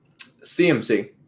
CMC